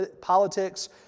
politics